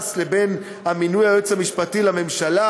ש"ס והמינוי של היועץ המשפטי לממשלה: